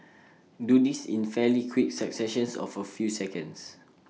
do this in fairly quick successions of A few seconds